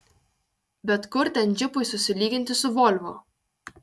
bet kur ten džipui susilyginti su volvo